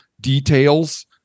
details